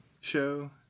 show